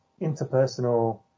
interpersonal